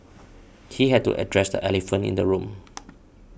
he had to address the elephant in the room